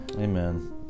Amen